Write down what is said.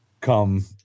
come